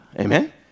Amen